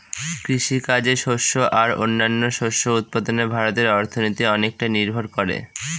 কৃষিকাজে শস্য আর ও অন্যান্য শস্য উৎপাদনে ভারতের অর্থনীতি অনেকটাই নির্ভর করে